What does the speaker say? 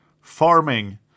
farming